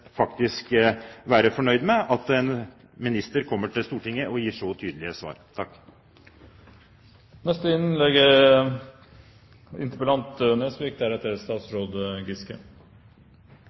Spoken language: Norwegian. være fornøyd med at en minister kommer til Stortinget og gir så tydelige svar.